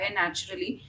naturally